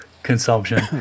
consumption